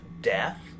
Death